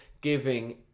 giving